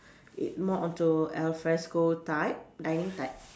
it more on to al fresco type dining type